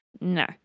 No